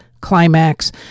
Climax